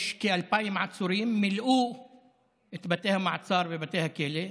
יש כ-2,000 עצורים, מילאו את בתי המעצר ובתי הכלא,